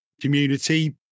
community